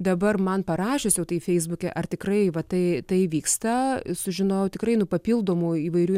dabar man parašius jau tai feisbuke ar tikrai va tai tai vyksta sužinojau tikrai nu papildomų įvairių